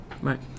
Right